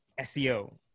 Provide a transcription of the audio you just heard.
seo